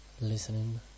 listening